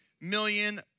million